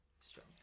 Strong